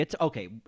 Okay